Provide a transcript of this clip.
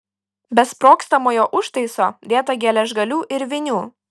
be sprogstamojo užtaiso dėta geležgalių ir vinių